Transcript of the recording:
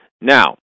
Now